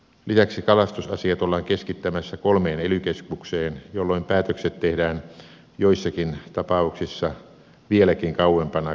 lisäksi kalastusasiat ollaan keskittämässä kolmeen ely keskukseen jolloin päätökset tehdään joissakin tapauksissa vieläkin kauempana kalastusalueista